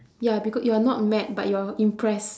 ya becau~ you are not mad but you're impressed